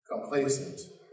complacent